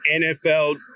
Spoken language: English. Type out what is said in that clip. NFL